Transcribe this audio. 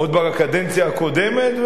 עוד בקדנציה הקודמת,